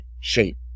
shape